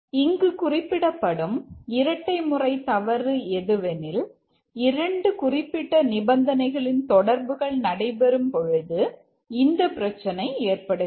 இங்கு குறிப்பிடப்படும் இரட்டை முறை தவறு எதுவெனில் 2 குறிப்பிட்ட நிபந்தனைகளின் தொடர்புகள் நடைபெறும்பொழுது இந்த பிரச்சனை ஏற்படுகிறது